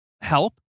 help